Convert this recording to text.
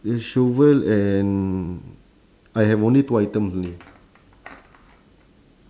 a shovel and I have only two items only